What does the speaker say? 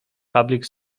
public